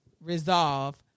resolve